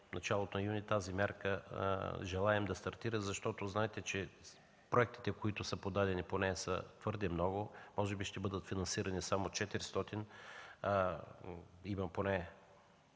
началото на юни тази мярка желаем да стартира, защото знаете, че проектите, които са подадени по нея, са твърде много, може би ще бъдат финансирани само 400. Има поне